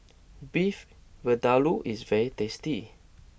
Beef Vindaloo is very tasty